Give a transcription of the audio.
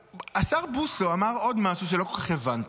השר בוסו אמר עוד משהו שלא כל כך הבנתי,